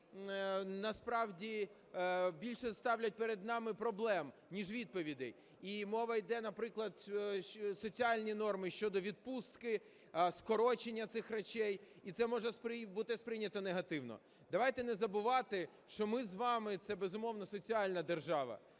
які насправді більше ставлять перед нами проблем, ніж відповідей. І мова йде, наприклад, соціальні норми щодо відпустки, скорочення цих речей, і це може бути сприйнято негативно. Давайте не забувати, що ми з вами – це, безумовно, соціальна держава,